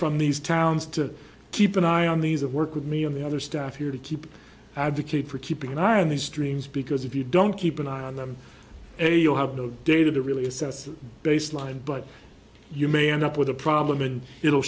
from these towns to keep an eye on these of work with me on the other staff here to keep advocate for keeping an eye on these streams because if you don't keep an eye on them and you have no data to really assess the baseline but you may end up with a problem and it'll